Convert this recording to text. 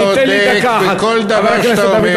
אתה צודק בכל דבר שאתה אומר,